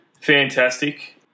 Fantastic